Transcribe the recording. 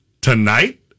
tonight